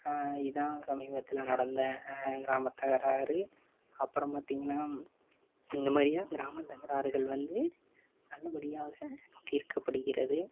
இதுதான் சமீபத்தில் நடந்த கிராமத் தகராறு அப்புறம் பார்த்திங்கனா இந்த மாதிரி தான் கிராமத் தகராறுகள் வந்து நல்லப்படியாக தீர்க்கப்படுகிறது